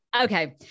Okay